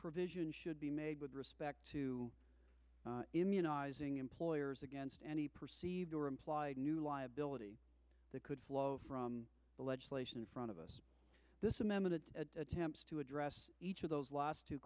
provision should be made with respect to immunizing employers against any perceived or implied new liability that could flow from the legislation in front of us this amendment attempts to address each of those last two